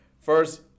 first